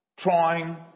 Trying